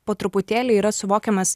po truputėlį yra suvokiamas